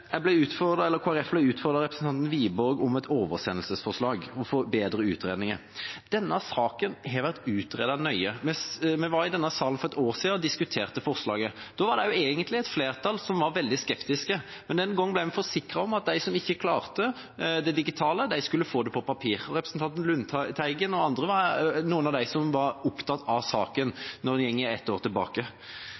ble utfordret av representanten Wiborg til å gjøre forslaget om til et oversendelsesforslag for å få bedre utredninger. Denne saken har vært utredet nøye. Vi var i denne salen for et år siden og diskuterte forslaget. Da var det egentlig også et flertall som var veldig skeptisk, men den gangen ble vi forsikret om at de som ikke klarte det digitale, skulle få pensjonsslippen på papir. Representanten Lundteigen og andre var av dem som var opptatt av saken,